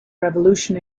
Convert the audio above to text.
revolution